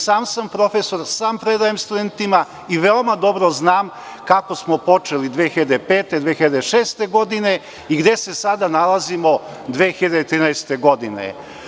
Sam sam profesor, sam predajem studentima i veoma dobro znam kako smo počeli 2005, 2006. godine i gde se sada nalazimo, 2013. godine.